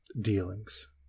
dealings